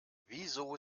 wieso